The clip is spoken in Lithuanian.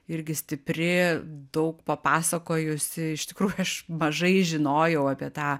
irgi stipri daug papasakojusi iš tikrųjų aš mažai žinojau apie tą